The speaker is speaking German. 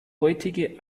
heute